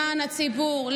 למען הציבור,